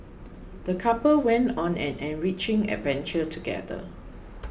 the couple went on an enriching adventure together